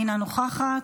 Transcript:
אינה נוכחת,